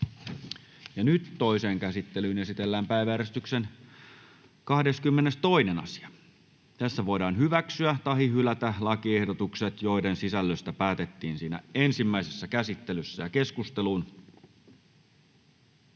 Toiseen käsittelyyn esitellään päiväjärjestyksen 13. asia. Nyt voidaan hyväksyä tai hylätä lakiehdotukset, joiden sisällöstä päätettiin ensimmäisessä käsittelyssä. — Edustaja